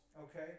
okay